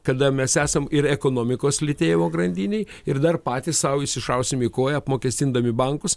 kada mes esam ir ekonomikos lytėjimo grandinėj ir dar patys sau įsišausim į koją apmokestindami bankus